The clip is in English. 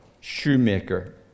shoemaker